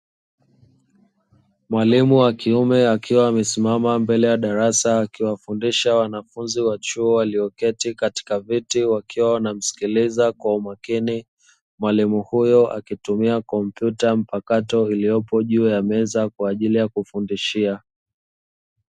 Mwalimu wa kiume akiwa amesimama mbele ya darasa akiwafundisha wanafunzi wa chuo walioketi katika viti wakiwa wanamsikiliza kwa umakini, mwalimu huyo akitumia kompyuta mpakato iliyopo juu ya meza kwa ajili ya kufundishia.